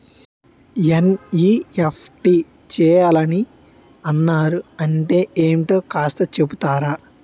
NEFT చేయాలని అన్నారు అంటే ఏంటో కాస్త చెపుతారా?